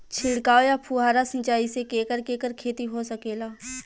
छिड़काव या फुहारा सिंचाई से केकर केकर खेती हो सकेला?